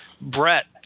Brett